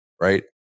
right